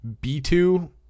B2